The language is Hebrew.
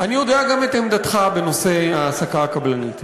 אני יודע גם את עמדתך בנושא ההעסקה הקבלנית,